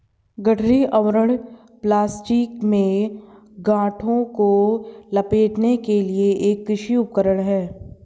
गठरी आवरण प्लास्टिक में गांठों को लपेटने के लिए एक कृषि उपकरण है